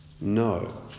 no